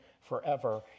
forever